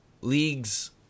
leagues